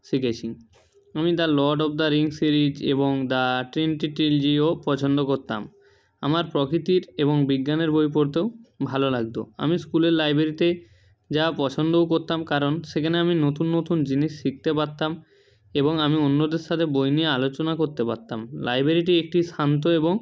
শিখেছি আমি the lord of the ring series এবং দা টিনটিন জিও পছন্দ করতাম আমার প্রকৃতির এবং বিজ্ঞানের বই পড়তেও ভালো লাগত আমি স্কুলের লাইব্রেরিতে যাওয়া পছন্দও করতাম কারণ সেখানে আমি নতুন নতুন জিনিস শিখতে পারতাম এবং আমি অন্যদের সাথে বই নিয়ে আলোচনা করতে পারতাম লাইব্রেরিটি একটি শান্ত এবং